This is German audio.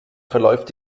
verläuft